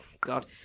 God